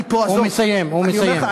הוא מסיים, הוא מסיים.